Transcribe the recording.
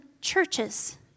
churches